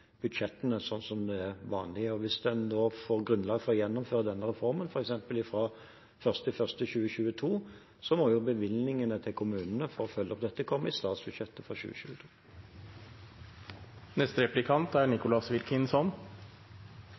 budsjettene som vanlig. Hvis vi da får grunnlag for å gjennomføre denne reformen, f.eks. fra 1. januar 2022, må bevilgningene til kommunene for å følge opp dette, komme i statsbudsjettet for 2022. Jeg er